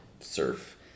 surf